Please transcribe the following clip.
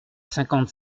cinquante